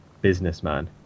businessman